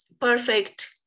perfect